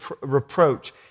reproach